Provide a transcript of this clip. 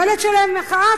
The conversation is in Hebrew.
שלהם מחאה?